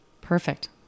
Perfect